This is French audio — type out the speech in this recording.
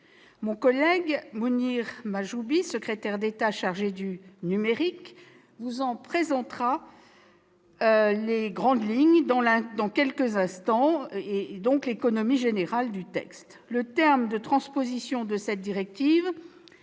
Mon collègue Mounir Mahjoubi, secrétaire d'État chargé du numérique, vous en présentera dans quelques instants l'économie générale. Le terme de transposition de cette directive,